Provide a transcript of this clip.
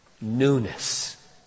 newness